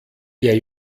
der